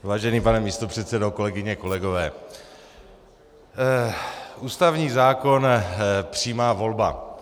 Vážený pane místopředsedo, kolegyně, kolegové, ústavní zákon, přímá volba.